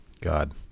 God